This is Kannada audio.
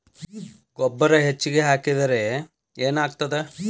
ಗೊಬ್ಬರ ಹೆಚ್ಚಿಗೆ ಹಾಕಿದರೆ ಏನಾಗ್ತದ?